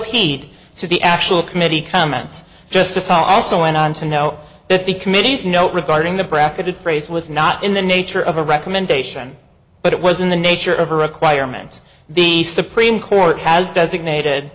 heed to the actual committee comments justice also went on to know that the committee's note regarding the bracketed phrase was not in the nature of a recommendation but it was in the nature of the requirements the supreme court has designated